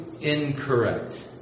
incorrect